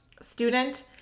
student